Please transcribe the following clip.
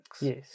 Yes